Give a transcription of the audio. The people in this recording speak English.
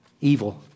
evil